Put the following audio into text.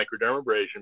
microdermabrasion